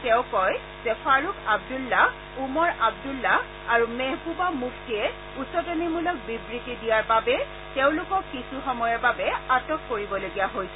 তেওঁ কয় যে ফাৰুখ আব্দুল্লাহ ওমৰ আব্দুল্লাহ আৰু মেহবুবা মুফটিয়ে উচতনিমলক বিবৃতি দিয়াৰ বাবে তেওঁলোকক কিছু সময়ৰ বাবে আটক কৰিবলগীয়া হৈছে